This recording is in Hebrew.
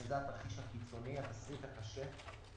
שזה התרחיש הקיצוני והקשה,